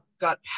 got